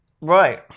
Right